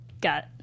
got